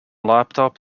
laptop